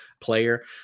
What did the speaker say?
player